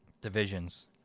Divisions